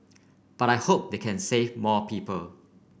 but I hope they can save more people